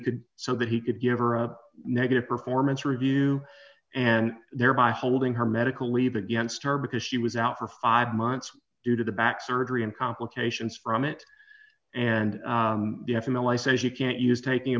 could so that he could give her a negative performance review and thereby holding her medical leave against her because she was out for five months due to the back surgery and complications from it and the f m l i says you can't use taking a